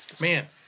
Man